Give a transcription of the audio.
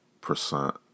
percent